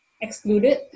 excluded